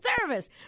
service